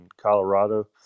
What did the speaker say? Colorado